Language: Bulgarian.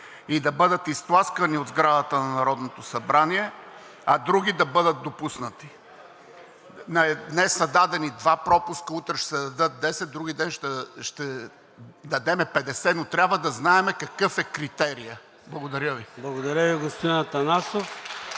и да бъдат изтласкани от сградата на Народното събрание, а други да бъдат допуснати? Днес са дадени два пропуска, утре ще се дадат 10, в други ден ще дадем 50, но трябва да знаем какъв е критерият. Благодаря Ви. (Ръкопляскания от